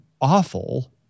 awful